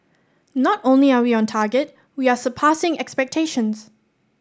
not only are we on target we are surpassing expectations